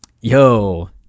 yo